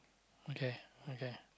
okay okay